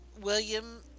William